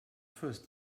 first